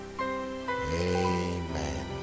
Amen